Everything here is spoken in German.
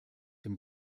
dem